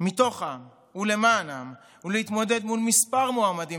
מתוך העם ולמען העם ולהתמודד מול כמה מועמדים,